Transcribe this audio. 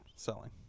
selling